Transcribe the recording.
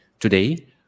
Today